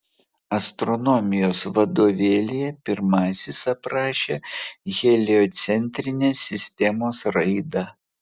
astronomijos vadovėlyje pirmasis aprašė heliocentrinės sistemos raidą